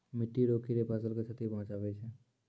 मिट्टी रो कीड़े फसल के क्षति पहुंचाबै छै